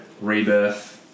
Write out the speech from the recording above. Rebirth